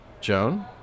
Joan